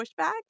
pushback